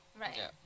Right